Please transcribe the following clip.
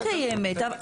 אבל היא תמיד קיימת.